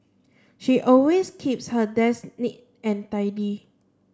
she always keeps her desk neat and tidy